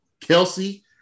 Kelsey